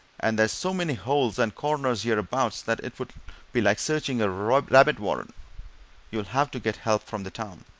and there's so many holes and corners hereabouts that it would be like searching a rabbit-warren you'll have to get help from the town.